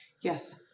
Yes